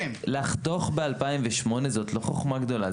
לחתוך בשנת 2008 זאת לא חוכמה גדולה,